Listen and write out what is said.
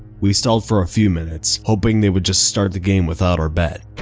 we stalled for a few minutes, hoping they would just start the game without our bet.